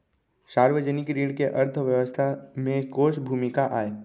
सार्वजनिक ऋण के अर्थव्यवस्था में कोस भूमिका आय?